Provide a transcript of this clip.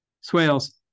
Swales